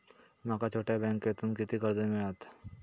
माका छोट्या बँकेतून किती कर्ज मिळात?